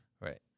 Right